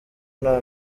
nta